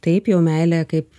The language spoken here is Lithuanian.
taip jau meilė kaip